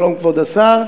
שלום, כבוד השר,